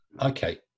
Okay